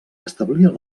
establia